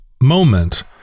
moment